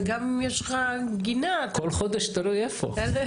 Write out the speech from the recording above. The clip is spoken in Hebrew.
כל חודש תלוי איפה...